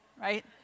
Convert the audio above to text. right